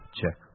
check